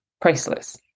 priceless